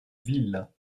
ville